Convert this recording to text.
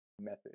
method